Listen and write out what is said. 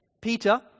Peter